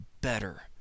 better